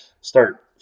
start